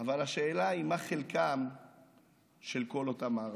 אבל השאלה היא מה חלקן של כל אותן מערכות.